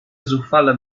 zuchwale